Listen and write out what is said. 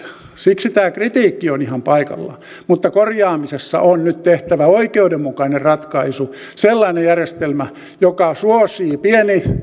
siksi tämä kritiikki on ihan paikallaan mutta korjaamisessa on nyt tehtävä oikeudenmukainen ratkaisu sellainen järjestelmä joka suosii